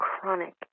chronic